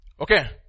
Okay